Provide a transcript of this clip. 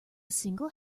single